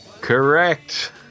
Correct